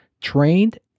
trained